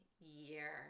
year